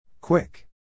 Quick